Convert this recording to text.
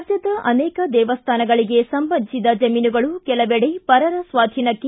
ರಾಜ್ಞದ ಅನೇಕ ದೇಮ್ಹಾನಗಳಿಗೆ ಸಂಬಂಧಿಸಿದ ಜಮೀನುಗಳು ಕೆಲವೆಡೆ ಪರರ ಸ್ವಾಧೀನಕ್ಕೆ